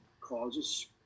causes